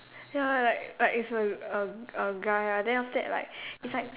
ya like like it's a a a guy lah then after that like it's like